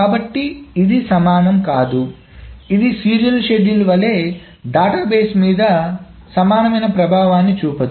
కాబట్టి ఇది సమానం కాదు ఇది సీరియల్ షెడ్యూల్ వలె డేటాబేస్ మీద సమానమైన ప్రభావాన్ని చూపదు